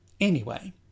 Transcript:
Anyway